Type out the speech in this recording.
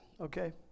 okay